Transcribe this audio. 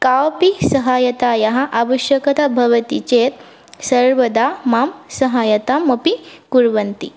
कापि साहाय्यतायाः आवश्यकता भवति चेत् सर्वदा मां साहाय्यता अपि कुर्वन्ति